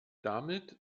damit